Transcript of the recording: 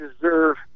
deserve